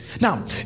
now